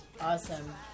awesome